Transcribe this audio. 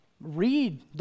read